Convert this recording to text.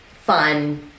fun